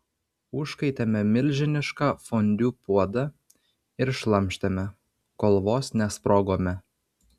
užkaitėme milžinišką fondiu puodą ir šlamštėme kol vos nesprogome